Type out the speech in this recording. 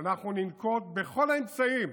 ואנחנו ננקוט את כל האמצעים